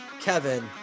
Kevin